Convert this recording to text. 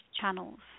channels